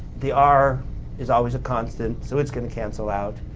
the r is always a constant so it's going to cancel out,